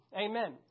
Amen